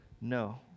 No